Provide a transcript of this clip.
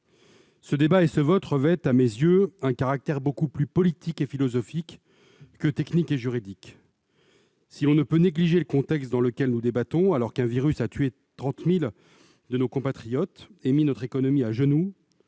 Ce débat et ce vote revêtent à mes yeux un caractère beaucoup plus politique et philosophique que technique et juridique. Si l'on ne peut négliger le contexte dans lequel nous débattons, alors qu'un virus a tué 30 000 de nos compatriotes et mis notre économie à genoux,